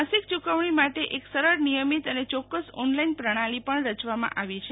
માસિક યૂ કવણી માટે એક સરળનિયમિત અને ચોક્કસ ઓનલાઇન પ્રણાલિ પણર ચવામાં આવી છે